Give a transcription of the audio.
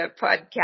podcast